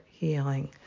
healing